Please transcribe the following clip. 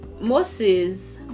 Moses